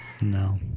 No